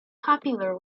popular